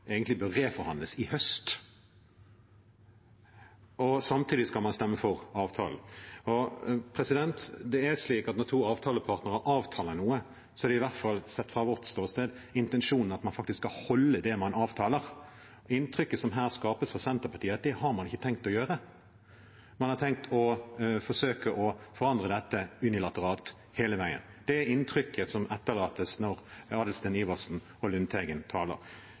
egentlig bør reforhandles i høst. Samtidig skal man stemme for avtalen. Når to avtalepartnere avtaler noe, er – i hvert fall sett fra vårt ståsted – intensjonen at man faktisk skal holde det man avtaler. Inntrykket som her skapes fra Senterpartiet, er at man ikke har tenkt å gjøre det. Man har tenkt å forsøke å forandre dette unilateralt hele veien. Det er inntrykket som etterlates når Adelsten Iversen og Lundteigen taler.